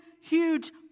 huge